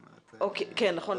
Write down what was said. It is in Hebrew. נכון.